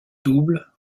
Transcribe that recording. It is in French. double